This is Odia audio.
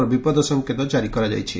ର ବିପଦ ସଂକେତ କାରି କରାଯାଇଛି